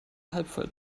halbvoll